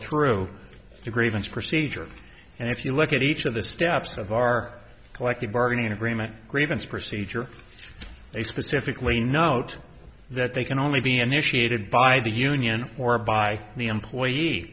through the grievance procedure and if you look at each of the steps of our collective bargaining agreement grievance procedure they specifically note that they can only be initiated by the union or by the